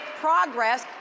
progress